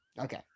Okay